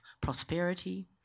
prosperity